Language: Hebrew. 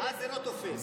אז זה לא תופס.